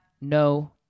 no